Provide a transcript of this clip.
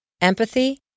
empathy